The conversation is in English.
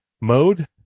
mode